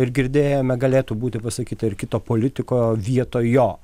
ir girdėjome galėtų būti pasakyta ir kito politiko vietoj jo